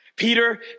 Peter